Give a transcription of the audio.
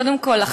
קודם כול,